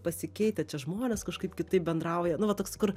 pasikeitę čia žmonės kažkaip kitaip bendrauja nu va toks kur